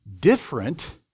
different